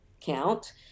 count